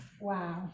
Wow